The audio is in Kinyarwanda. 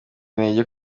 intege